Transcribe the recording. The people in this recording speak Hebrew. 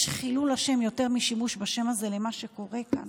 יש חילול השם יותר משימוש בשם הזה למה שקורה כאן?